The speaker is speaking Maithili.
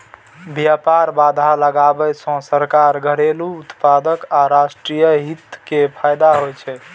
व्यापार बाधा लगाबै सं सरकार, घरेलू उत्पादक आ राष्ट्रीय हित कें फायदा होइ छै